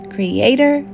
Creator